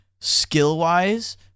skill-wise